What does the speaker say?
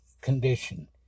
condition